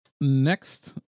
next